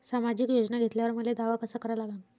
सामाजिक योजना घेतल्यावर मले दावा कसा करा लागन?